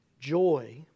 Joy